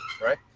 Right